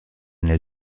nel